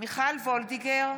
מיכל וולדיגר,